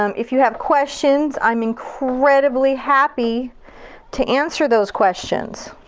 um if you have questions, i'm incredibly happy to answer those questions.